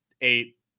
eight